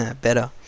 better